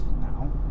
now